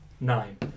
nine